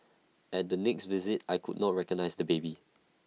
at the next visit I could not recognise the baby